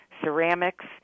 ceramics